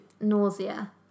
Nausea